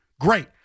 Great